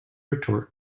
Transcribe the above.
retort